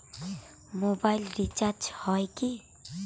Mobile recharge হয় কি?